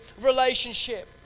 relationship